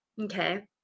okay